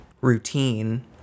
routine